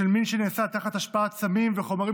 של מין שנעשה תחת השפעת סמים וחומרים